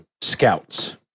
scouts